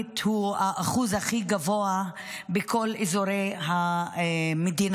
הוא האחוז הכי גבוה מכל אזורי המדינה.